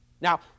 Now